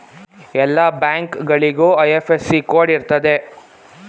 ಎಲ್ಲ ಬ್ಯಾಂಕ್ಗಳಿಗೂ IFSC code ಇರ್ತದೆ